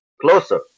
closer